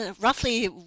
roughly